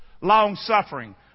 Long-suffering